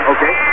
Okay